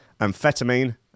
amphetamine